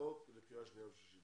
החוק לקריאה שנייה ושלישית.